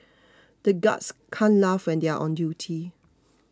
the guards can't laugh when they are on duty